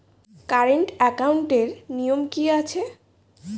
Current একাউন্টের নিয়ম কী আছে?